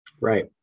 Right